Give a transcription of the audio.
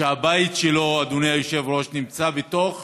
שהבית שלו, אדוני היושב-ראש, נמצא בתוך